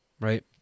right